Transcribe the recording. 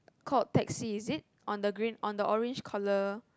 called taxi is it on the green on the orange collar